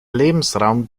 lebensraum